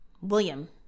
William